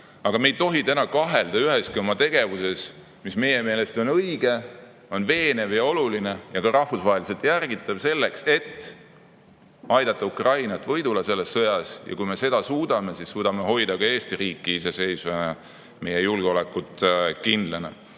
Aga me ei tohi kahelda üheski oma tegevuses, mis meie meelest on õige, veenev ja oluline ning ka rahvusvaheliselt järgitav selleks, et aidata Ukrainat võidule. Kui me seda suudame, siis suudame hoida ka Eesti riiki iseseisvana ja meie julgeolekut